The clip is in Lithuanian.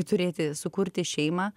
turėti sukurti šeimą